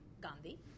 Gandhi